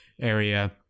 area